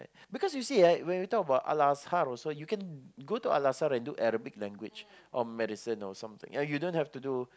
because you see eh when we talk about Al-Azhar also you can go to Al-Azhar to do Arabic language or Medicine or something uh you don't have to do